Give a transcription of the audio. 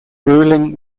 ruling